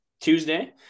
Tuesday